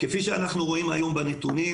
כפי שאנחנו רואים היום בנתונים,